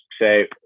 say